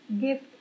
gift